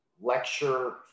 lecture